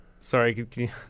Sorry